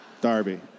Darby